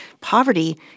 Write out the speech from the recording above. Poverty